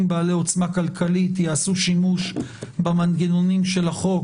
בעלי עוצמה כלכלית יעשו שימוש במנגנונים של החוק